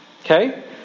Okay